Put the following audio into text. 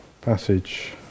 passage